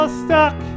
stuck